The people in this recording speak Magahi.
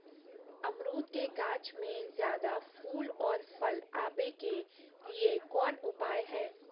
अमरूद के गाछ में ज्यादा फुल और फल आबे के लिए कौन उपाय है?